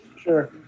Sure